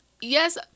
yes